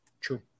True